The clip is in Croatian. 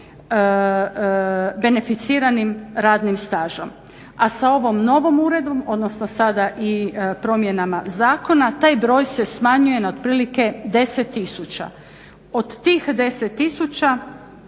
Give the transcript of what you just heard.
beneficiranim radnim stažom, a sa ovom novom uredbom odnosno sada i promjenama zakona taj broj se smanjuje na otprilike 10 000. Od tih 10 000